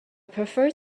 prefer